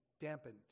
dampened